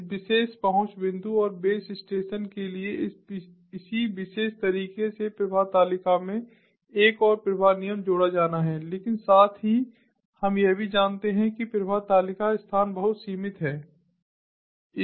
इस विशेष पहुंच बिंदु और बेस स्टेशन के लिए इसी विशेष तरीके से प्रवाह तालिका में एक और प्रवाह नियम जोड़ा जाना है लेकिन साथ ही हम यह भी जानते हैं कि प्रवाह तालिका स्थान बहुत सीमित हैं